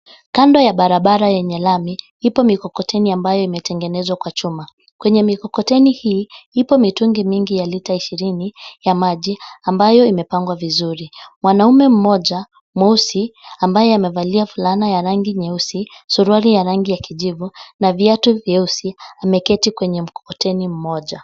Kando ya barabara yenye lami ipo mikokoteni ambayo imetengenezwa kwa chuma. Kwenye mikokoteni hii, ipo mitungi mingi ya lita ishirini ya maji ambayo imepangwa vizuri. Mwanaume mmoja mweusi ambaye amevalia fulana ya rangi nyeusi, suruali ya rangi ya kijivu na viatu vyeusi ameketi kwenye mkokoteni mmoja.